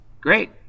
Great